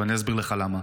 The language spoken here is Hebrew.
ואסביר לך למה.